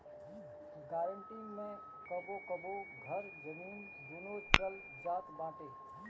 guarantee मे कबो कबो घर, जमीन, दूनो चल जात बाटे